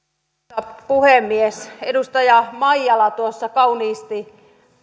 arvoisa herra puhemies edustaja maijala tuossa kauniisti